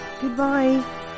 Goodbye